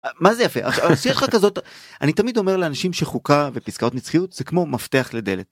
מה זה יפה? אני תמיד אומר לאנשים שחוקה ופסקאות נצחיות זה כמו מפתח לדלת.